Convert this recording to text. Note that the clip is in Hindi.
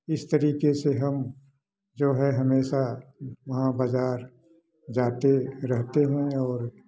इस तरीके से हम जो है हमेशा वहाँ बाजार जाते रहते हैं और